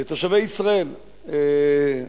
תושבי ישראל כולם.